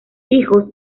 hijo